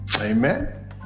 Amen